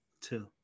Two